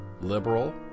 liberal